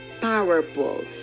powerful